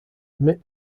admit